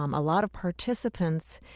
um a lot of participants,